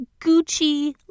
Gucci